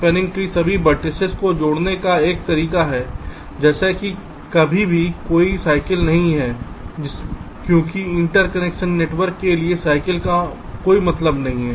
spanning tree सभी vertices को जोड़ने का एक तरीका है जैसे कि कहीं भी कोई साइकिल नहीं है क्योंकि इंटरकनेक्शन नेटवर्क के लिए साइकिल का कोई मतलब नहीं है